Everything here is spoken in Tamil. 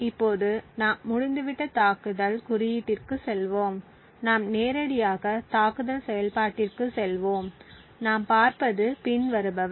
இப்போது நாம் முடிந்துவிட்ட தாக்குதல் குறியீட்டிற்குச் செல்வோம் நாம் நேரடியாக தாக்குதல் செயல்பாட்டிற்குச் செல்வோம் நாம் பார்ப்பது பின்வருபவை